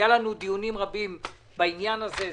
היו לנו דיונים רבים בעניין הזה.